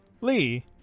Lee